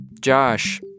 Josh